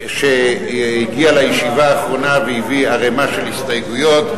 שהגיע לישיבה האחרונה והביא ערימה של הסתייגויות.